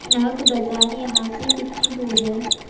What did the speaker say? نگ بازار یہاں سے کتنی دور ہے